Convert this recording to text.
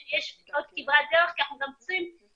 יש עוד כברת דרך כי אנחנו גם צריכים ששירותי